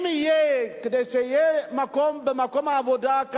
אם יהיה לנשים מקום קרוב, במקום העבודה,